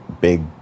big